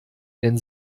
denn